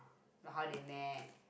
like how they met